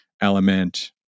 element